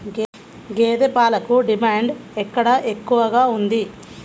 గేదె పాలకు డిమాండ్ ఎక్కడ ఎక్కువగా ఉంది?